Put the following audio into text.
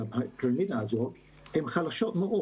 הפירמידה הזאת הם חלשים מאוד.